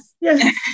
yes